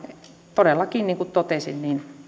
todellakin niin kuin totesin